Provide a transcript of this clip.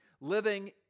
living